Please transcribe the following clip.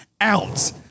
out